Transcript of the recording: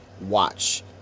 watch